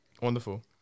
Wonderful